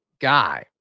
guy